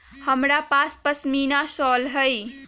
हमरा पास पशमीना शॉल हई